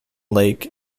lake